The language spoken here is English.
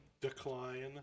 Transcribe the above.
decline